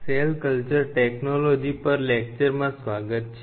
cell culture technology પર લેક્ચરમાં સ્વાગત છે